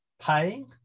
paying